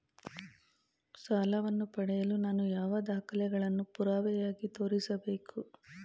ಸಾಲವನ್ನು ಪಡೆಯಲು ನಾನು ಯಾವ ದಾಖಲೆಗಳನ್ನು ಪುರಾವೆಯಾಗಿ ತೋರಿಸಬೇಕು?